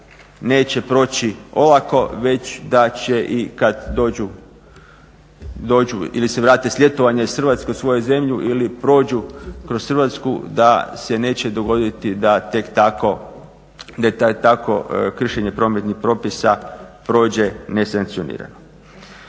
neće proći olako već da će i kad dođu ili se vrate s ljetovanja iz Hrvatske u svoju zemlju ili prođu kroz Hrvatsku da se neće dogoditi da tek tako kršenje prometnih propisa prođe nesankcionirano.